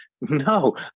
no